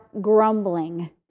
grumbling